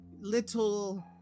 little